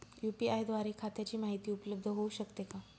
UPI द्वारे खात्याची माहिती उपलब्ध होऊ शकते का?